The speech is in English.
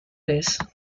race